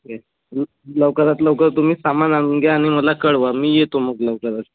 okay लवकरात लवकर तुम्ही सामान आणून घ्या आणि मला कळवा मी येतो मग लवकरच